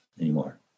anymore